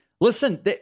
listen